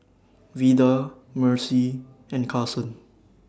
Vida Mercy and Carson